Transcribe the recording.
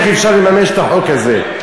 איך אפשר לממש את החוק הזה.